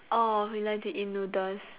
oh you like to eat noodles